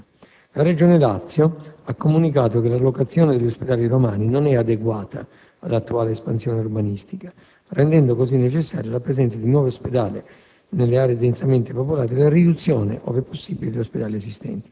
della parte seconda della Costituzione». La Regione Lazio ha comunicato che l'allocazione degli ospedali romani non è adeguata alla attuale espansione urbanistica, rendendo così necessaria la presenza di nuovi ospedali